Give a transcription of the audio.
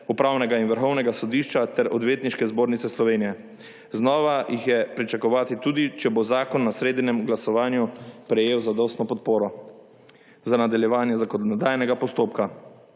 Upravnega in Vrhovnega sodišča ter Odvetniške zbornice Slovenije. Znova jih je pričakovati tudi, če bo zakon na sredinem glasovanju prejel zadostno podporo za nadaljevanje zakonodajnega postopka.